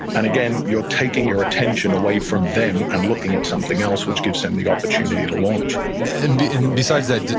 and again, you're taking your attention away from them and looking at something else, which gives them the opportunity to launch and besides that,